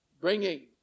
bringing